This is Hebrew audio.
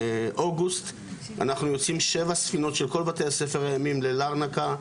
לאוגוסט אנחנו יוצאים שבע ספינות של כל בתי הספר הימיים ללרנקה,